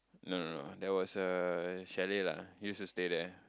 no no no there was a chalet lah used to stay there